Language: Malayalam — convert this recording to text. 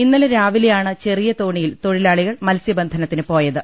ഇന്നലെ രാവിലെയാണ് ചെറിയ തോണിയിൽ തൊഴിലാളികൾ മത്സ്യബന്ധനത്തിന് പോയത്